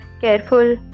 careful